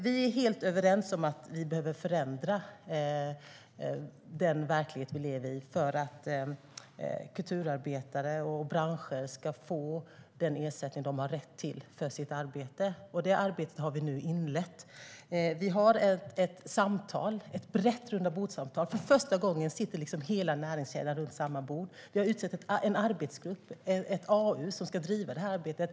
Vi är helt överens om att den verklighet vi lever i behöver förändras för att kulturarbetare och branscher ska få den ersättning de har rätt till för sitt arbete. Arbetet med det har vi nu inlett. Vi har ett samtal, ett brett rundabordssamtal. För första gången sitter hela näringskedjan runt samma bord. Vi har utsett en arbetsgrupp, ett AU, som ska driva det här arbetet.